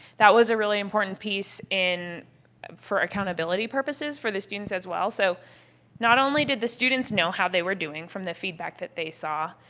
that was a really important piece for accountability purposes for the students as well. so not only did the students know how they were doing from the feedback that they saw.